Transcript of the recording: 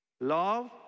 Love